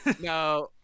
No